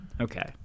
Okay